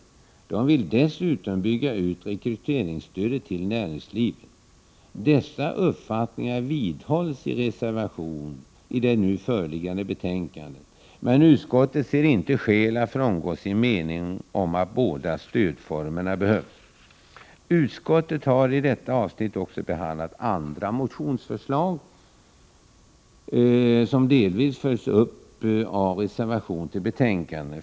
Centern vill dessutom bygga ut rekryteringsstödet till näringslivet. Dessa uppfattningar vidhålls i reservationer till det föreliggande betänkandet, medan utskottet inte ser skäl att frångå sin mening att båda stödformerna behövs. Utskottet har i detta avsnitt också behandlat andra motionsförslag, som delvis följs upp av reservationer till betänkandet.